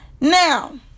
now